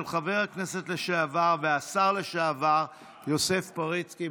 חבר הכנסת לשעבר והשר לשעבר יוסף פריצקי.